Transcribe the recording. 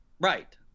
Right